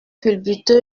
culbute